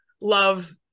love